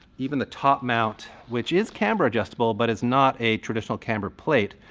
even the top mount, which is camber-adjustable, but it's not a traditional camber plate.